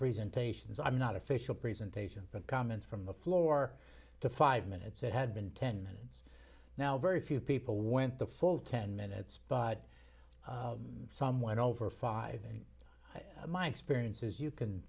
presentations i'm not official presentation but comments from the floor to five minutes that had been ten minutes now very few people went the full ten minutes but some went over five and my experiences you can